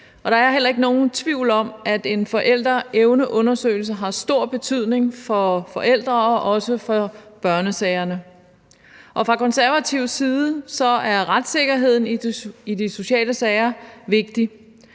der er heller ikke nogen tvivl om, at en forældreevneundersøgelse har stor betydning for forældresagerne og også for børnesagerne. Fra Konservatives side er retssikkerheden i de sociale sager vigtig,